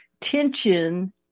tension